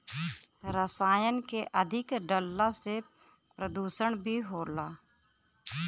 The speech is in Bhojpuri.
रसायन के अधिक डलला से प्रदुषण भी होला